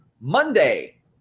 Monday